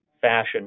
fashion